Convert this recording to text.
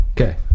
Okay